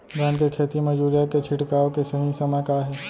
धान के खेती मा यूरिया के छिड़काओ के सही समय का हे?